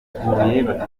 ikibazo